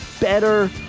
better